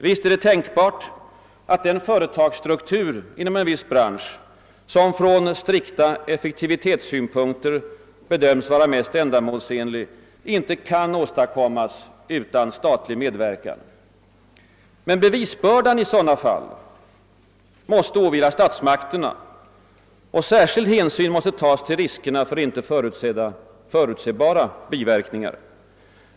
Visst är det tänkbart att den företagsstruktur inom en viss bransch som från strikta effektivitetssynpunkter bedöms vara mest ändamålsenlig inte kan åstadkommas utan statlig medverkan. Men bevisbördan i sådana fall måste åvila statsmakterna, och särskild hänsyn måste tas till riskerna för inte förutsedda biverkningar.